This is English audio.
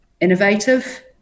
innovative